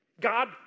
God